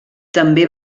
també